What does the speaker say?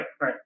right